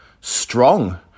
Strong